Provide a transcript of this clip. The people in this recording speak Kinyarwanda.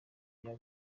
bya